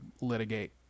litigate